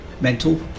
mental